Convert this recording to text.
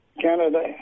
Canada